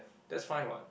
that's fine [what]